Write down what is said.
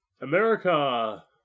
America